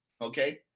okay